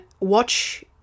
watch